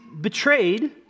betrayed